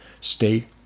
state